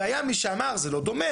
והיה מי שאמר זה לא דומה,